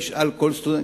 תשאל כל סטודנט,